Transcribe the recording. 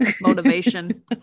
Motivation